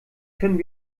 können